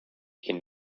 can